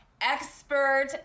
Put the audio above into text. expert